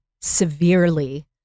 severely